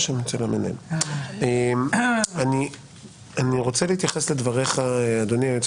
אני רוצה להתייחס לדבריך אדוני היועץ